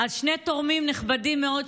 שני תורמים נכבדים מאוד,